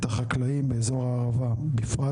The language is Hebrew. את החקלאים באזור הערבה בפרט.